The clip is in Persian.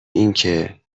اینکه